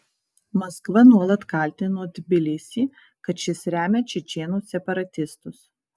maskva nuolat kaltino tbilisį kad šis remia čečėnų separatistus